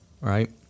right